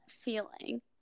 feeling